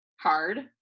hard